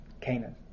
Canaan